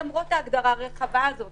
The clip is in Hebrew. למרות ההגדרה הרחבה הזאת